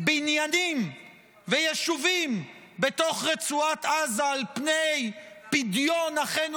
בניינים ויישובים בתוך רצועת עזה על פני פדיון אחינו